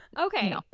Okay